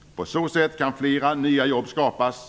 På så sätt kan flera nya jobb skapas.